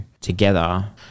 together